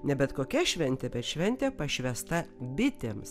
ne bet kokia šventė per šventė pašvęsta bitėms